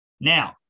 Now